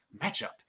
matchup